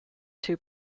two